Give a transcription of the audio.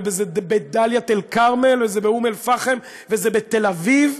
וזה בדאלית-אלכרמל וזה באום-אלפחם וזה בתל-אביב,